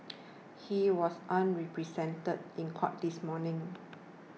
he was unrepresented in court this morning